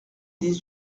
des